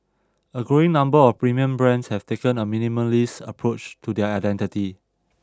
a growing number of premium brands have taken a minimalist approach to their identity